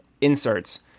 inserts